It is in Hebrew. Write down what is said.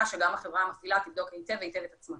שגם החברה המפעילה תבדוק היטב-היטב את עצמה.